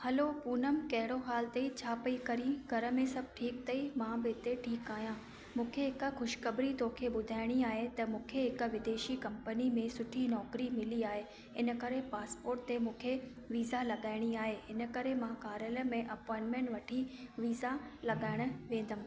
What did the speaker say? हलो पूनम कहिड़ो हालु अथई छा पई करीं घर में सभु ठीकु अथई मां बि हिते ठीकु आहियां मूंखे हिकु ख़शखबरी तोखे ॿुधाइणी आहे त मूंखे हिकु विदेशी कंपनी में सुठी नौकिरी मिली आहे इन करे पासपोर्ट ते मूंखे विज़ा लॻाइणी आहे इन करे मां कार्यालय में अपोंइटमेंट वठी विज़ा लॻाइण वेंदमि